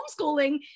homeschooling